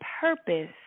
purpose